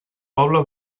poble